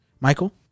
Michael